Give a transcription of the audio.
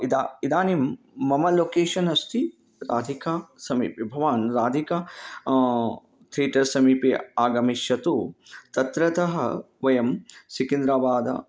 इदानीम् इदानीं मम लोकेशन् अस्ति राधिका समीपे भवान् राधिका थियेटर् समीपे आगमिष्यतु तत्र तः वयं सिकिन्द्राबाद्